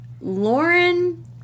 lauren